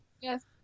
Yes